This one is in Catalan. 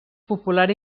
popular